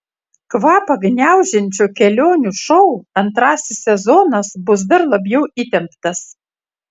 kvapą gniaužiančio kelionių šou antrasis sezonas bus dar labiau įtemptas